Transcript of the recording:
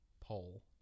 poll